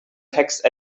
text